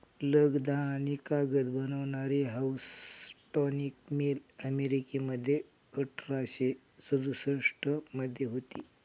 लगदा आणि कागद बनवणारी हाऊसटॉनिक मिल अमेरिकेमध्ये अठराशे सदुसष्ट मध्ये होती